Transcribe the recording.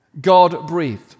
God-breathed